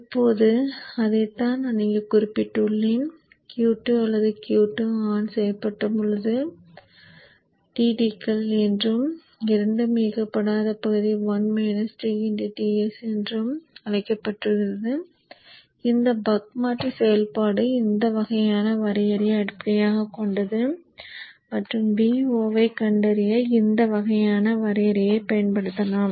இப்போது அதைத்தான் நான் இங்கு குறிப்பிட்டுள்ளேன் Q2 அல்லது Q1 ஆன் செய்யப்பட்ட பகுதி dTகள் என்றும் இரண்டும் இயக்கப்படாத பகுதி 1 - dTs என்றும் அழைக்கப்படுகிறது இந்த பக் மாற்றி செயல்பாடு இந்த வகையான வரையறையை அடிப்படையாகக் கொண்டது மற்றும் Vo ஐக் கண்டறிய இந்த வகையான வரையறையைப் பயன்படுத்தலாம்